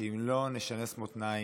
ואם לא נשנס מותניים,